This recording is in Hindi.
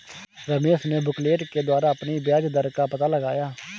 रमेश ने बुकलेट के द्वारा अपने ब्याज दर का पता लगाया